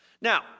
Now